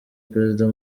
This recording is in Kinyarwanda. perezida